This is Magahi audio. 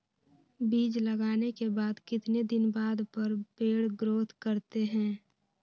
बीज लगाने के बाद कितने दिन बाद पर पेड़ ग्रोथ करते हैं?